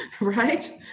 right